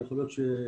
יכול להיות שטעיתי.